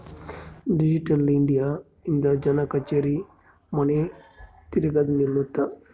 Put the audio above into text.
digital India ಇಂದ ಜನ ಕಛೇರಿ ಮನಿ ತಿರ್ಗದು ನಿಲ್ಲುತ್ತ